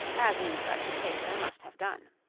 as in such case i must have done.